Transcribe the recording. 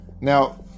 now